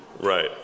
Right